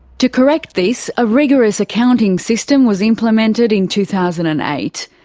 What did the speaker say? to correct this, a rigorous accounting system was implemented in two thousand and eight.